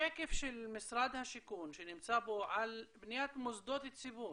בשקף של משרד השיכון שנמצא פה על בניית מוסדות ציבור